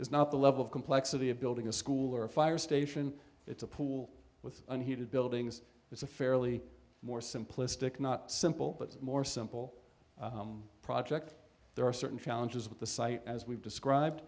is not the level of complexity of building a school or a fire station it's a pool with unheated buildings it's a fairly more simplistic not simple but more simple project there are certain challenges with the site as we've described